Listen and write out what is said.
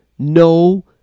no